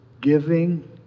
giving